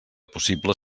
possible